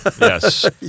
Yes